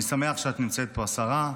אני שמח שאת נמצאת פה, השרה,